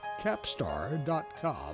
Capstar.com